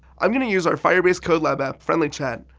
i'm going to use our firebase codelab app friendly chat,